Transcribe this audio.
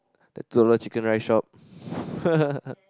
the two dollar chicken rice shop